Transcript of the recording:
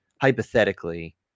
hypothetically